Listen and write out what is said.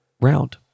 round